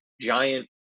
giant